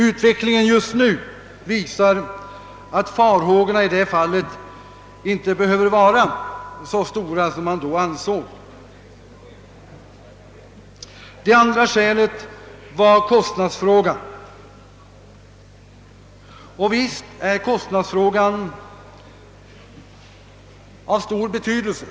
Utvecklingen just nu visar, att den risken inte är så stor som man då trodde. Det andra skälet var kostnadsfrågan, och visst är den av stor betydelse.